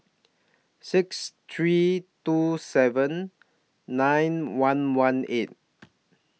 six three two seven nine one one eight